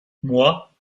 moi